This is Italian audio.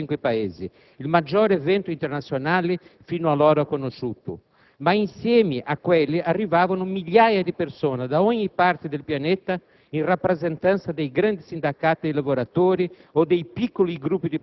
L'immensa metropoli riceveva delegazioni governative di 175 Paesi, il maggiore evento internazionale fino ad allora conosciuto. Ma insieme a quelle arrivavano migliaia di persone da ogni parte del Pianeta